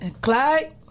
Clyde